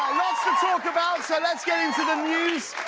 to talk about, so let's get into the news.